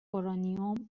اورانیوم